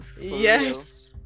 yes